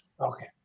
Okay